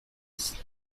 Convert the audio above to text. هست